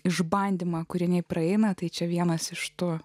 išbandymą kūriniai praeina tai čia vienas iš tų